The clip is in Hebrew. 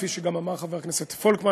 כפי שגם אמר חבר הכנסת פולקמן,